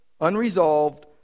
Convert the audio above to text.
unresolved